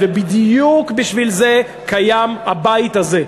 ובדיוק בשביל זה קיים הבית הזה.